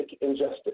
injustice